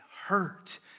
hurt